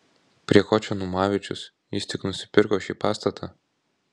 prie ko čia numavičius jis tik nusipirko šį pastatą